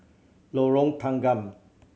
Lorong Tanggam